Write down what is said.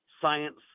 science